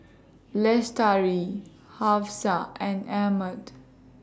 Lestari Hafsa and Ahmad